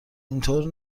اینطور